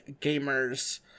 gamers